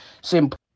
Simple